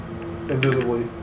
invisibly